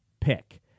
pick